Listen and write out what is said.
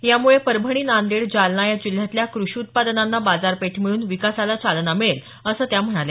यामुळे परभणी नांदेड जालना या जिल्ह्यातल्या कृषी उत्पादनांना बाजारपेठ मिळून विकासाला चालना मिळेल असं त्या म्हणाल्या